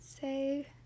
say